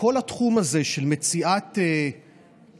כל התחום הזה של מציאת מוסדות,